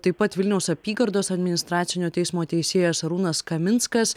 taip pat vilniaus apygardos administracinio teismo teisėjas arūnas kaminskas